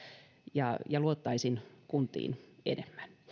ja ja luottaisin kuntiin enemmän